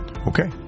Okay